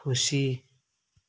खुसी